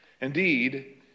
Indeed